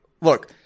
Look